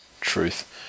Truth